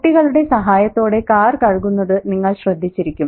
കുട്ടികളുടെ സഹായത്തോടെ കാർ കഴുകുന്നത് നിങ്ങൾ ശ്രദ്ധിച്ചരിക്കും